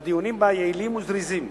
והדיונים בה יעילים וזריזים.